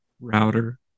router